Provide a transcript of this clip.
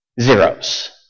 zeros